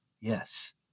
yes